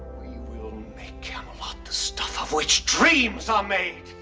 we will make camelot the stuff of which dreams are made.